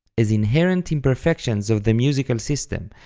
as inherent imperfections of the musical system,